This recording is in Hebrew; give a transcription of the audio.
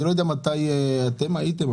אני לא יודע מתי אתם הייתם,